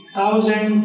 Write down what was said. thousand